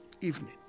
evening